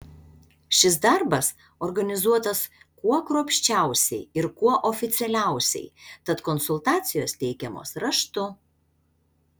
šis darbas organizuotas kuo kruopščiausiai ir kuo oficialiausiai tad konsultacijos teikiamos raštu